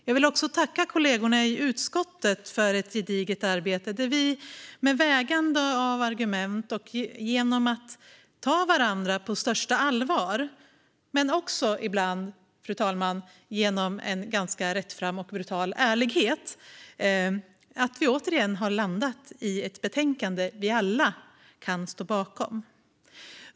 Jag vill också tacka kollegorna i utskottet för ett gediget arbete, där vi med vägande av argument och genom att ta varandra på största allvar - men också ibland, fru talman, genom en ganska rättfram och brutal ärlighet - återigen har landat i ett betänkande som vi alla kan stå bakom.